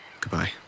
Goodbye